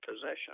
possession